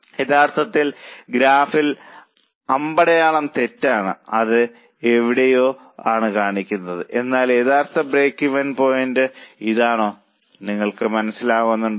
യഥാർത്ഥത്തിൽ ഗ്രാഫിൽ അമ്പടയാളം തെറ്റാണ് അത് ഇവിടെ എവിടെയോ ആണ് കാണിക്കുന്നത് എന്നാൽ യഥാർത്ഥ ബ്രേക്ക്ഈവൻ പോയിന്റ് ഇതാണോ നിങ്ങൾക്ക് മനസ്സിലാകുന്നുണ്ടോ